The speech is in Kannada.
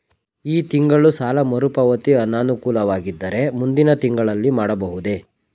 ಈ ತಿಂಗಳು ಸಾಲ ಮರುಪಾವತಿ ಅನಾನುಕೂಲವಾಗಿದ್ದರೆ ಮುಂದಿನ ತಿಂಗಳಲ್ಲಿ ಮಾಡಬಹುದೇ?